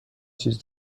چیز